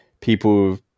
people